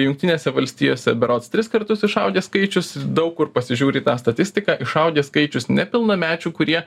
jungtinėse valstijose berods tris kartus išaugęs skaičius daug kur pasižiūri į tą statistiką išaugęs skaičius nepilnamečių kurie